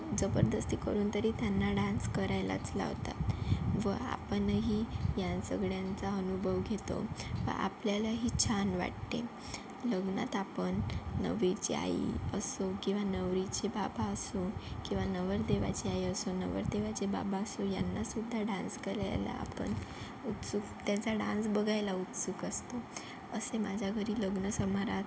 जबरदस्ती करून तरी त्यांना डान्स करायलाच लावतात व आपणही या सगळ्यांचा अनुभव घेतो प आपल्यालाही छान वाटते लग्नात आपण नवीची आई असो किंवा नवरीचे बाबा असो किंवा नवरदेवाची आई असो किंवा नवरदेवाचे बाबा असो यांनासुध्दा डान्स करायला आपण उत्सुक त्यांचा डान्स बघायला उत्सुक असतो असे माझ्या घरी लग्न समारात